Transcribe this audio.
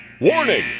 Warning